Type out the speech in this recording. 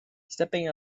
stepping